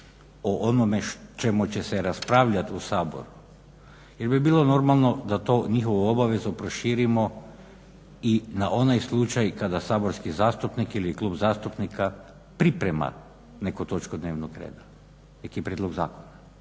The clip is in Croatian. o onome o čemu će se raspravljati u Saboru jel bi bilo normalno da tu njihovu obavezu proširimo i na onaj slučaj kada saborski zastupnik ili klub zastupnika priprema neku točku dnevnog reda, neki prijedlog zakona,